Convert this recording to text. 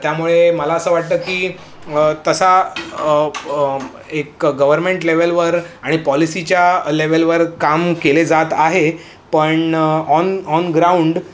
त्यामुळे मला असं वाटतं की तसा एक गव्हर्मेंट लेव्हलवर आणि पॉलिसीच्या लेव्हलवर काम केले जात आहे पण ऑन ऑन ग्राऊंड